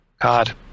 God